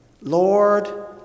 Lord